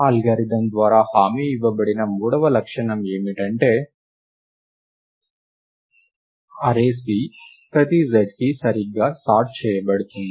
algorithm ద్వారా హామీ ఇవ్వబడిన మూడవ లక్షణం ఏమిటంటే అర్రే C ప్రతి zకి సరిగ్గా సార్ట్ చేయబడుతుంది